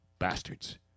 bastards